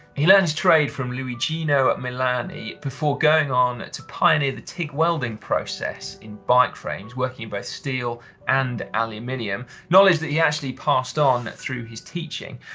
he learned his trade from luigi you know milani before going on to pioneer the tig welding process in bike frames, working both steel and aluminium, knowledge that he actually passed on through his teaching.